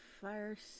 first